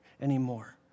anymore